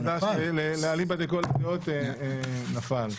אליבא דכל הדעות הנושא נפל.